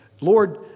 Lord